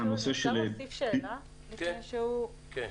למשל,